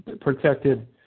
protected